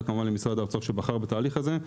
וכמובן למשרד האוצר שבחר בתהליך הזה,